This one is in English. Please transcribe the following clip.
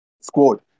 squad